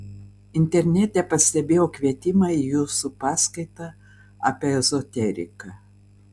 internete pastebėjau kvietimą į jūsų paskaitą apie ezoteriką